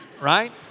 right